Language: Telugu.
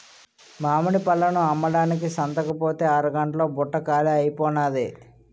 మామిడి పళ్ళను అమ్మడానికి సంతకుపోతే అరగంట్లో బుట్ట కాలీ అయిపోనాది